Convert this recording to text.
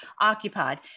occupied